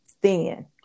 thin